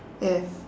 if